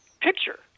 picture